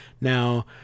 now